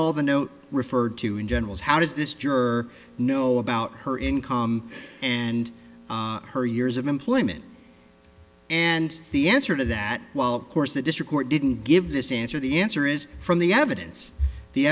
the note referred to in general how does this juror know about her income and her years of employment and the answer to that well of course the district court didn't give this answer the answer is from the evidence the